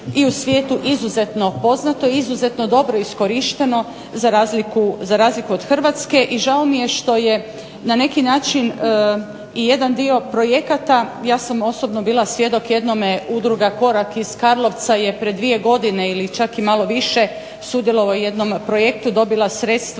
i u svijetu izuzetno poznato i izuzetno dobro iskorišteno, za razliku od Hrvatske i žao mi je što je na neki način i jedan dio projekata, ja sam osobno bila svjedok jednome udruga Korak iz Karlovca je pred dvije godine ili čak i malo više sudjelovao u jednom projektu, dobila sredstva